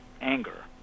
anger